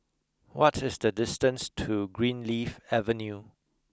what is the distance to Greenleaf Avenue